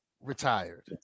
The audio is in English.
retired